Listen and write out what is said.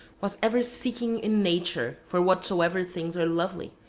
was ever seeking in nature for whatsoever things are lovely,